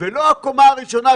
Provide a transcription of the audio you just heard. זה לא רק הקומה הראשונה,